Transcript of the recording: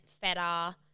feta